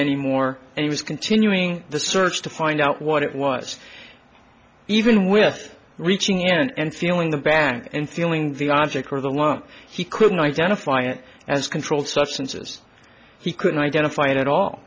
anymore and he was continuing the search to find out what it wants even with reaching in and feeling the bank and feeling the object for the one he couldn't identify it as controlled substances he couldn't identify it at all